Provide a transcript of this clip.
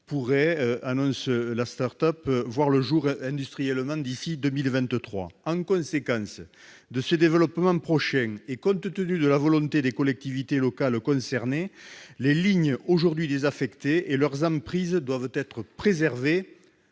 pourrait voir le jour industriellement d'ici à 2023. En conséquence de ces développements prochains, et compte tenu de la volonté des collectivités locales concernées, les lignes aujourd'hui désaffectées et leurs emprises doivent être préservées